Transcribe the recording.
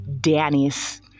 Danny's